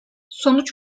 sonuç